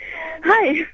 Hi